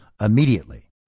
Immediately